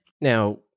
Now